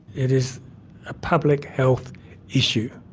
it is a public health issue.